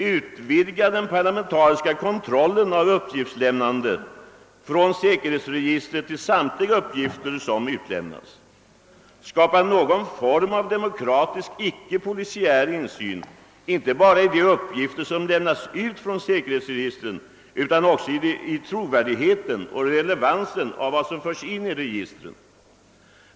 »Utvidga den parlamentariska kontrollen av uppgiftslämnande från säkerhetsregistret till samtliga uppgifter som utlämnas. Skapa någon form av demokratisk icke polisiär insyn inte bara i de uppgifter som lämnas ut från säkerhetsregistren, utan också i trovärdigheten och relevansen av vad som förs in i registren.